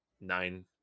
nine